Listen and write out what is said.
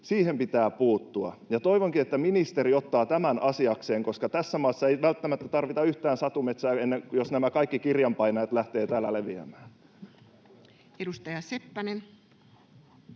metsiin, pitää puuttua. Toivonkin, että ministeri ottaa tämän asiakseen, koska tässä maassa ei välttämättä tarvita yhtään satumetsää, jos nämä kaikki kirjanpainajat lähtevät täällä leviämään. Edustaja Seppänen.